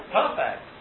perfect